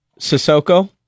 Sissoko